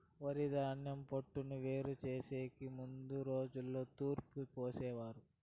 వరిధాన్యం పొట్టును వేరు చేసెకి ముందు రోజుల్లో తూర్పు పోసేవారు